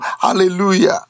Hallelujah